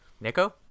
Nico